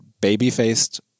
baby-faced